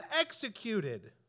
executed